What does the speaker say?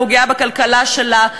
פוגע בכלכלה שלה,